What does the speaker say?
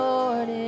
Lord